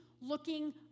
looking